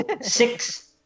Six